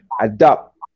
adopt